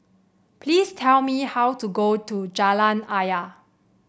please tell me how to go to Jalan Ayer